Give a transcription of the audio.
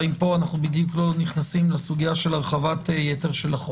והאם אנחנו לא נכנסים פה לסוגיה של הרחבת יתר של החוק.